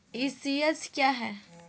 ECS क्या है?